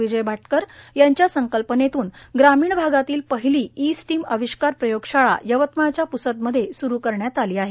विजय भटकर यांच्या संकल्पनेतून ग्रामीण भागातील पहिली ई स्टीम अविष्कार प्रयोगशाळा यवतमाळच्या प्सद मध्ये स्रु करण्यात आली आहे